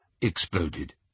exploded